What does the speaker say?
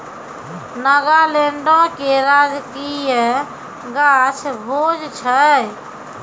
नागालैंडो के राजकीय गाछ भोज छै